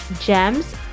gems